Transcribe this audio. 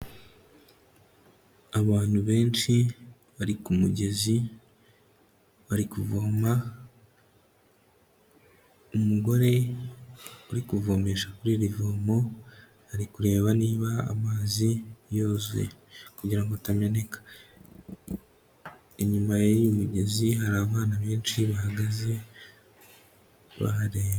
Abantu benshi bari ku mugezi bari kuvoma, umugore uri kuvomesha kuri iri vomo ari kureba niba amazi yuzuye kugira ngo atameneka, inyuma y'iyi migezi hari abana benshi bahagaze bahareba.